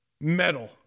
metal